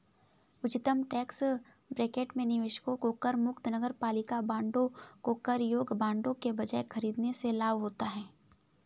उच्चतम tax bracket में निवेशकों को करमुक्त नगरपालिका बांडों को कर योग्य बांडों के बजाय खरीदने से लाभ होता है